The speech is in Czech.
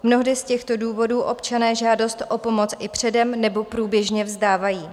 Mnohdy z těchto důvodů občané žádost o pomoc i předem nebo průběžně vzdávají.